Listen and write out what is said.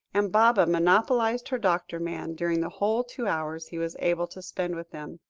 and baba monopolised her doctor man during the whole two hours he was able to spend with them.